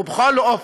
ובכל אופן,